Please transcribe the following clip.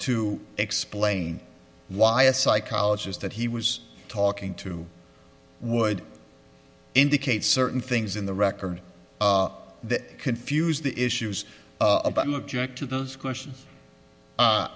to explain why a psychologist that he was talking to would indicate certain things in the record that confuse the issues about an object to those questions